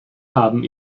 haben